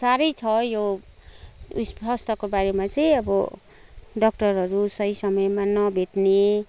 साह्रै छ यो बारेमा चाहिँ अब डक्टरहरू सही समयमा नभेट्ने